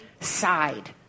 side